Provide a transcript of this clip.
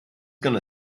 gonna